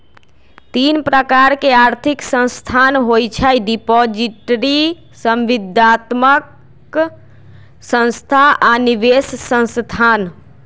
तीन प्रकार के आर्थिक संस्थान होइ छइ डिपॉजिटरी, संविदात्मक संस्था आऽ निवेश संस्थान